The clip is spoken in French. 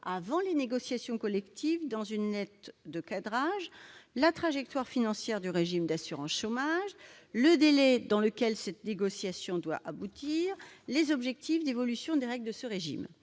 avant les négociations collectives, la trajectoire financière du régime d'assurance chômage, le délai dans lequel ces négociations doivent aboutir et les objectifs d'évolution des règles de ce régime.